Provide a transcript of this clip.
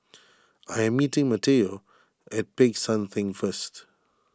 I am meeting Mateo at Peck San theng first